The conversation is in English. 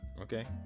Okay